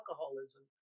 alcoholism